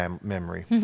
memory